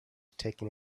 taking